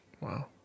Wow